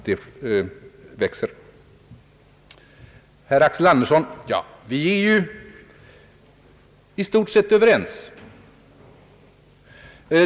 Herr Axel Andersson! Vi är ju i stort sett överens.